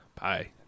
Bye